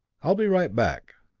i'll be right back.